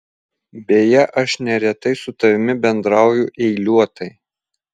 beje aš neretai su tavimi bendrauju eiliuotai